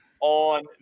on